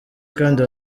kandi